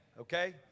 okay